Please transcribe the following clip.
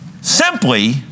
Simply